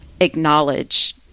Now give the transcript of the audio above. acknowledge